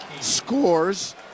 Scores